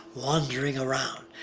wandering around.